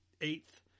eighth